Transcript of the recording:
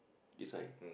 this side